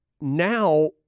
now